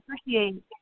appreciate